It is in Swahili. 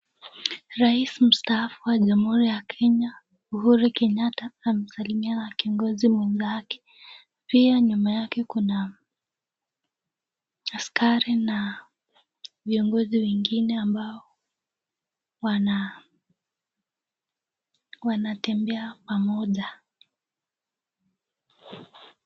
Rais Mustafa wa Jamhuri ya Kenya Uhuru Kenyatta amemsalimia kiongozi mwenzake. Pia nyuma yake kuna askari na viongozi wengine ambao wanatembea pamoja.